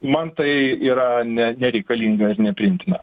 man tai yra ne nereikalinga ir nepriimtina